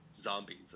zombies